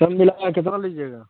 سب ملا کے کتنا لیجیے گا